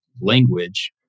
language